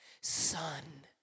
son